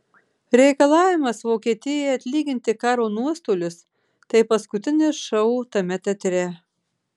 reikalavimas vokietijai atlyginti karo nuostolius tai paskutinis šou tame teatre